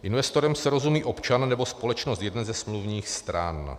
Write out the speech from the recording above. Investorem se rozumí občan nebo společnost jedné ze smluvních stran.